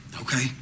Okay